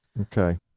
Okay